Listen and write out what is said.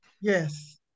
Yes